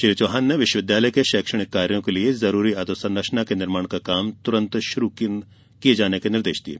श्री चौहान ने विश्वविद्यालय के शैक्षणिक कार्यो के लिए जरूरी अधोसंरचना के निर्माण का काम तुरन्त शुरू करने के निर्देश दिये